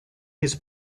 his